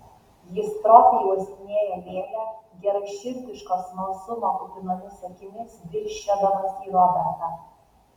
jis stropiai uostinėjo lėlę geraširdiško smalsumo kupinomis akimis dirsčiodamas į robertą